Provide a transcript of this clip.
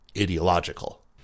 ideological